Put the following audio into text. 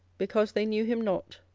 because they knew him not,